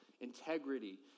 integrity